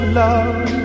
love